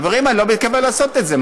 חברים, אני לא מתכוון לעשות את זה.